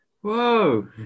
Whoa